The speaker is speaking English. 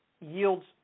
yields